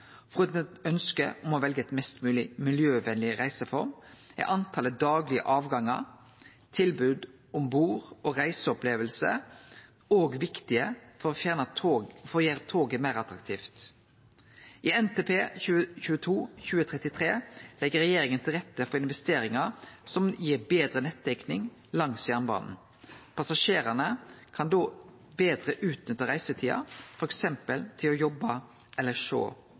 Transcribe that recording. Forutan eit ønske om å velje ei mest mogleg miljøvenleg reiseform er talet på daglege avgangar, tilbod om bord og reiseoppleving òg viktig for å gjere toget meir attraktivt. I NTP 2022–2033 legg regjeringa til rette for investeringar som gir betre nettdekning langs jernbanen. Passasjerane kan då utnytte reisetida betre, f.eks. til å jobbe eller til å sjå